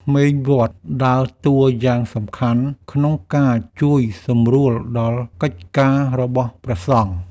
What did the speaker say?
ក្មេងវត្តដើរតួយ៉ាងសំខាន់ក្នុងការជួយសម្រួលដល់កិច្ចការរបស់ព្រះសង្ឃ។